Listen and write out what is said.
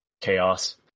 Chaos